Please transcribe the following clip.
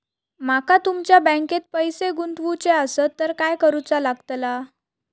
माका तुमच्या बँकेत पैसे गुंतवूचे आसत तर काय कारुचा लगतला?